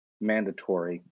mandatory